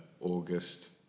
August